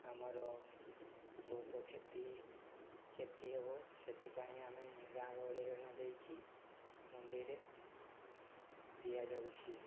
ଆମର ବହୁତ କ୍ଷତି କ୍ଷତି ହେବ ସେଥିପାଇଁ ଆମେ ଗାଁ ଗହଳିରେ ନ ଦେଇକି ମଣ୍ଡିରେ ଦିଆଯାଉଛି